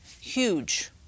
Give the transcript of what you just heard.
huge